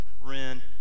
Ren